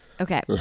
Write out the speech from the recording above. Okay